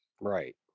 Right